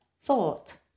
thought